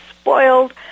spoiled